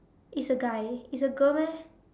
it's a guy it's a girl meh